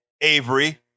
Avery